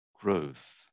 growth